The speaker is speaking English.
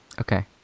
Okay